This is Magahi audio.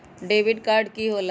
डेबिट काड की होला?